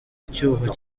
icyuho